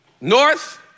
north